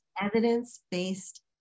evidence-based